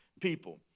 people